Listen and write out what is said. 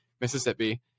Mississippi